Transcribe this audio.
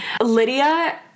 Lydia